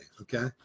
Okay